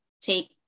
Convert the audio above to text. take